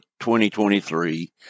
2023